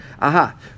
Aha